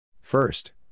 First